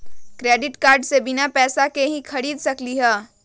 Credit card से बिना पैसे के ही खरीद सकली ह?